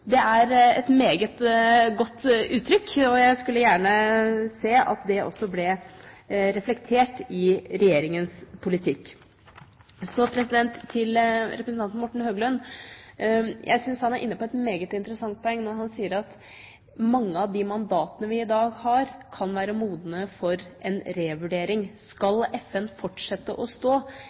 Det er et meget godt uttrykk, og jeg skulle gjerne se at det også ble reflektert i regjeringens politikk. Så til representanten Morten Høglund. Jeg syns han er inne på et meget interessant poeng når han sier at mange av de mandatene vi i dag har, kan være modne for en revurdering. Skal FN fortsette å stå